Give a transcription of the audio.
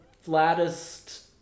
flattest